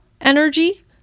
energy